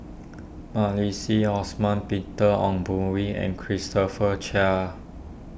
Osman Peter Ong Boon Kwee and Christopher Chia